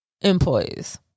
employees